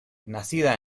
nacida